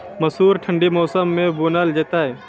मसूर ठंडी मौसम मे बूनल जेतै?